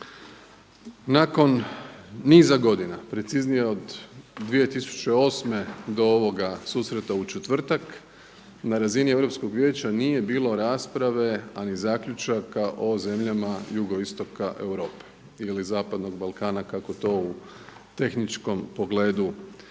Nakon niza godina preciznije od 2008. do ovoga susreta u četvrtak na razini Europskog vijeća nije bilo rasprave, a ni zaključaka o zemljama jugoistoka Europe ili zapadnog Balkana kako to u tehničkom pogledu EU već